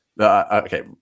Okay